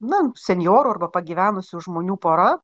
nun senjorų arba pagyvenusių žmonių pora